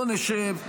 בוא נשב,